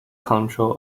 control